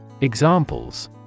Examples